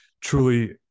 truly